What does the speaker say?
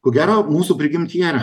ko gero mūsų prigimtyje yra